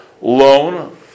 loan